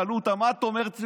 אז שאלו אותה: מה את אומרת?